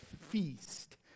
feast